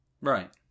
Right